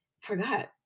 forgot